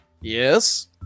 yes